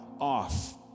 off